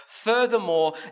Furthermore